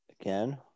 Again